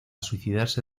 suicidarse